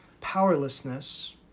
powerlessness